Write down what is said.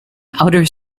outer